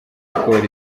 sports